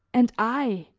and i,